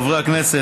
חברי הכנסת,